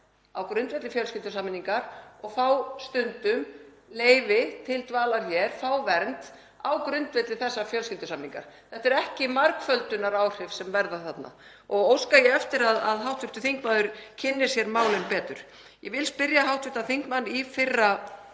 á grundvelli fjölskyldusameiningar og fá stundum leyfi til dvalar hér, fá vernd á grundvelli þessarar fjölskyldusameiningar. Þetta eru ekki margföldunaráhrif sem verða þarna og óska ég eftir því að hv. þingmaður kynni sér málin betur. Ég vil spyrja hv. þingmann í fyrra